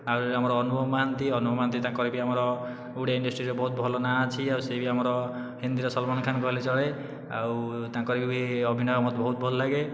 ଆଉ ରହିଲେ ଆମର ଅନୁଭବ ମହାନ୍ତି ଅନୁଭବ ମହାନ୍ତି ତାଙ୍କର ବି ଆମର ଓଡ଼ିଆ ଇଣ୍ଡଷ୍ଟ୍ରିରେ ବହୁତ ଭଲ ନା ଅଛି ଆଉ ସେ ବି ଆମର ହିନ୍ଦୀର ସଲମାନ ଖାନ କହିଲେ ଚଳେ ଆଉ ତାଙ୍କର ବି ଅଭିନୟ ମୋତେ ବହୁତ ଭଲ ଲାଗେ